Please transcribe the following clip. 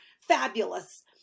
fabulous